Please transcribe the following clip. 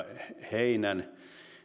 heinän